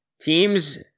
teams